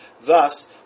Thus